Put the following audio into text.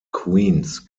queens